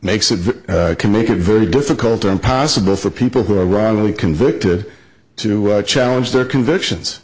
makes it can make it very difficult or impossible for people who are wrongly convicted to challenge their convictions